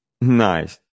Nice